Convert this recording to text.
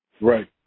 right